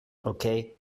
okay